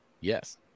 Yes